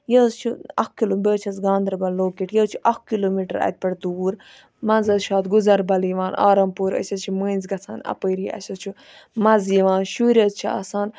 یہِ حظ چھُ اکھ کِلوٗ بہٕ حظ چھَس گاندَربَل لوکیٹ یہِ حظ چھُ اکھ کِلوٗمیٖٹَر اَتہِ پیٹھِ دوٗر مَنٛزٕ حظ چھُ اَتھ گُزَربَل یِوان آرَم پوٗر أسۍ حظ چھِ مٔنٛزۍ گَژھان اَپٲری اَسہِ حظ چھُ مَز یِوان شُرۍ حظ چھِ آسان